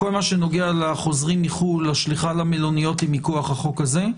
בכל הנוגע לחוזרים מחו"ל השליחה למלוניות היא מכוח החוק הזה,